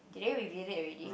did they reveal it already